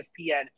ESPN